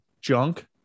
junk